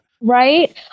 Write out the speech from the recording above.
Right